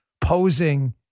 posing